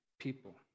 people